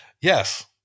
Yes